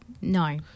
No